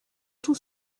tout